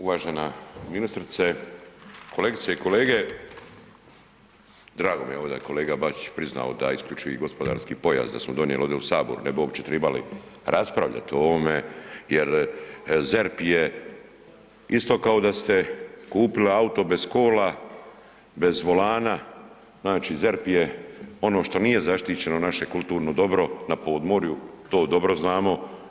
Uvažena ministrice, kolegice i kolege, drago mi je ovo da je kolega Bačić da isključivi gospodarski pojas da smo donijeli ovdje u saboru ne bi uopće tribali raspravljati o ovome jer ZERP je isto kao da ste kupili auto bez kola, bez volana, znači ZERP je ono što nije zaštićeno naše kulturno dobro na podmorju, to dobro znamo.